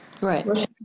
Right